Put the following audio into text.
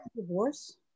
divorce